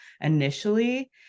initially